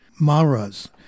Mara's